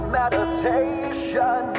meditation